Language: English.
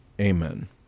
amen